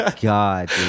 god